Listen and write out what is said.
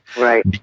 Right